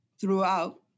throughout